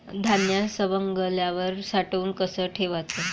धान्य सवंगल्यावर साठवून कस ठेवाच?